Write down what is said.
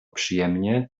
przyjemnie